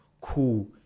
cool